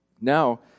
Now